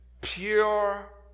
Pure